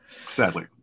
Sadly